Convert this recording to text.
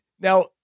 Now